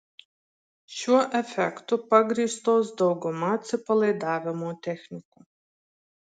šiuo efektu pagrįstos dauguma atsipalaidavimo technikų